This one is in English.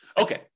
Okay